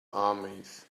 armies